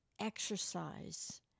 exercise